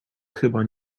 chyba